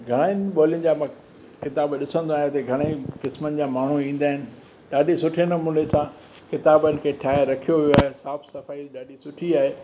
घणनि ॿोलीनि जा मां किताब ॾिसंदो आहियां उते घणाई क़िस्मनि जा माण्हू ईंदा आहिनि ॾाढी सुठे नमूने सां किताबनि खे ठाहे रखियो वियो आहे साफ़ु सफ़ाई ॾाढी सुठी आहे